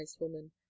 woman